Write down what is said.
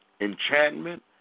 enchantment